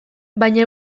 baina